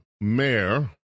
mayor